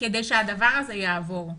כדי שהדבר הזה יעבור.